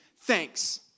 Thanks